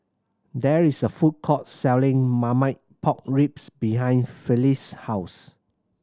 there is a food court selling Marmite Pork Ribs behind Felice house